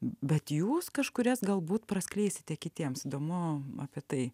bet jūs kažkurias galbūt praskleisite kitiems įdomu apie tai